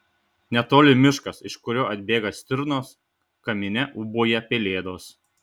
netoli miškas iš kurio atbėga stirnos kamine ūbauja pelėdos